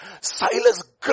Silas